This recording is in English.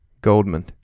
Goldman